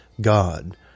God